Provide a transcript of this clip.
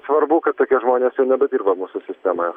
svarbu kad tokie žmonės jau nebedirba mūsų sistemoje